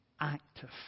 active